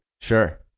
sure